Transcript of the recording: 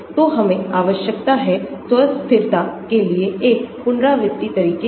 तो हमें आवश्यकता है स्व स्थिरता के लिए एक पुनरावृत्तितरीके की